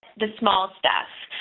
the small stuff.